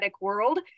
world